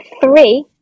three